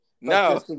no